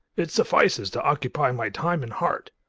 it suffices to occupy my time and heart.